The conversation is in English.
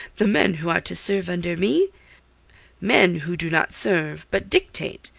the men who are to serve under me men who do not serve, but dictate,